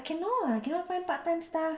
I cannot I cannot find part time staff